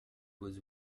was